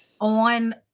on